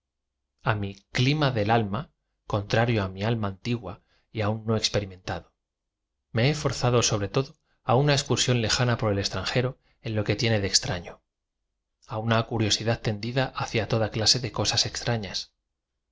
i clima del alma contrario m i alma antigua y aún no es perimentado me he forzado sobr todo á una excursión lejana por el extranjero en lo que tiene de extra fio á una curiosidad tendida hacia toda clase de co sas extrafias